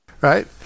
Right